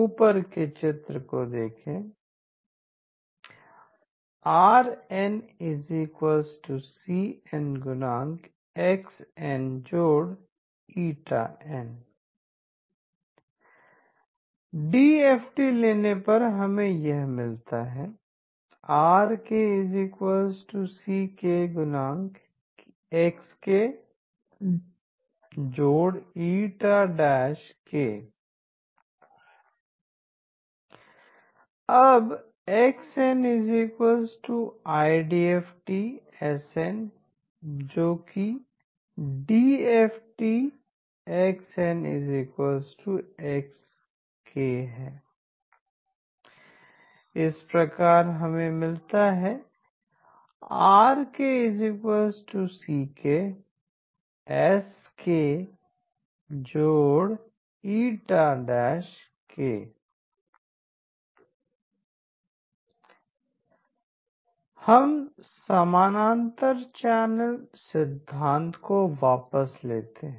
ऊपर के चित्र को देखें r nc n⊛x nηn DFT लेने पर R k C k X k η k r nIDFT DFT c n DFT x nηn अब x nIDFT s n⟹DFT x ns k इस प्रकार R k C k s k η k हम समानांतर channel सिद्धांत को वापस लाते हैं